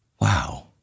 wow